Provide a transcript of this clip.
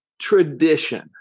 tradition